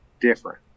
different